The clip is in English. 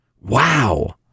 Wow